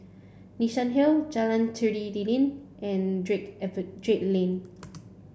Nassim Hill Jalan Tari D Lilin and Drake Drake Lane